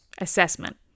assessment